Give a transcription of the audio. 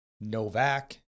Novak